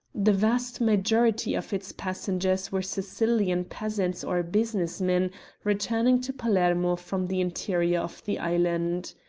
the vast majority of its passengers were sicilian peasants or business men returning to palermo from the interior of the island.